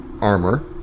armor